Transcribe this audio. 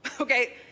Okay